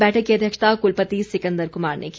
बैठक की अध्यक्षता कुलपति सिकंदर कुमार ने की